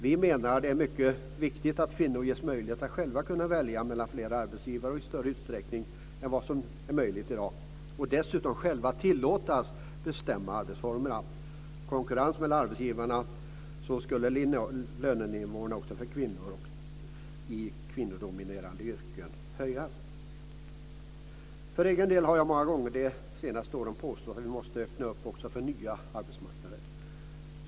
Vi menar att det är mycket viktigt att kvinnor ges möjlighet att själva välja mellan flera arbetsgivare - dessutom i större utsträckning än som i dag är möjligt. Vidare handlar det om att kvinnorna tillåts att själva bestämma arbetsformerna. Med konkurrens mellan arbetsgivarna skulle lönenivåerna också för kvinnor i kvinnodominerade yrken höjas. För egen del har jag många gånger under de senaste åren påstått att vi också måste öppna för nya arbetsmarknader.